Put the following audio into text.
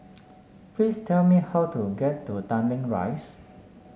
please tell me how to get to Tanglin Rise